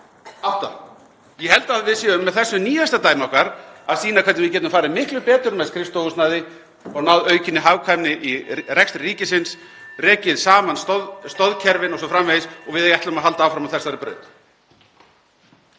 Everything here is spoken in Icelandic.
Átta. Ég held að við séum með þessu nýjasta dæmi okkar að sýna hvernig við getum farið miklu betur með skrifstofuhúsnæði og náð aukinni hagkvæmni í rekstri ríkisins, rekið saman stoðkerfin o.s.frv. Og við ætlum að halda áfram á þessari braut.